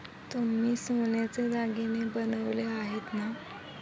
तुम्ही सोन्याचे दागिने बनवले आहेत ना?